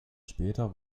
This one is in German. später